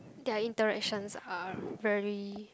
their interactions are very